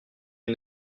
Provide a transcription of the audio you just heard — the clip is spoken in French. une